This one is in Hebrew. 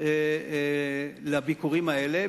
לביקורים האלה.